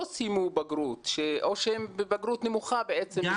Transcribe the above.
סיימו בגרות או שהם בבגרות נמוכה בעצם,